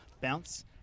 Bounce